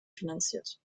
finanziert